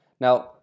Now